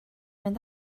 mynd